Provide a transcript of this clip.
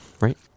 right